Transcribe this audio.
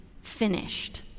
finished